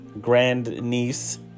grandniece